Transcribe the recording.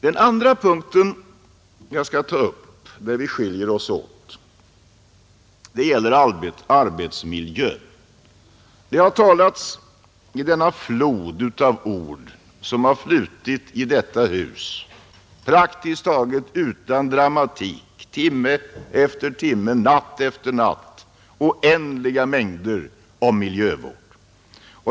Den andra punkt som skiljer oss åt gäller arbetsmiljön. Det har i den flod av ord som har flutit i detta hus praktiskt taget utan dramatik timme efter timme och natt efter natt talats oändligt mycket om miljövård.